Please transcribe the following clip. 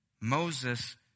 Moses